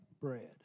bread